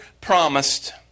promised